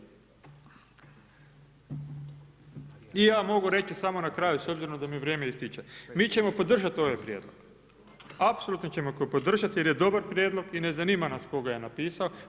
I ja mogu reći samo na kraju s obzirom da mi vrijeme ističe, mi ćemo podržati ovaj prijedlog, apsolutno ćemo ga podržati jer je dobar prijedlog i ne zanima nas tko ga je napisao.